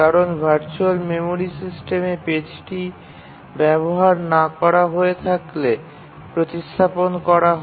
কারণ virtual memory সিস্টেমে পেজটি ব্যবহার না করা হয়ে থাকলে প্রতিস্থাপন করা হয়